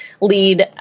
lead